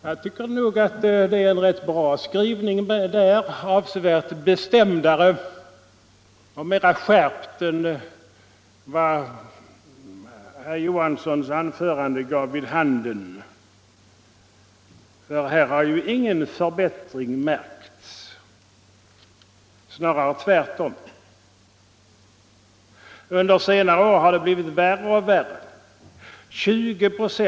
Jag tycker det är en rätt bra skrivning där — avsevärt bestämdare och mera skärpt än vad herr Johanssons i Trollhättan anförande gav vid handen. Här har ju ingen förbättring märkts, snarare tvärtom. Under senare år har det blivit värre och värre.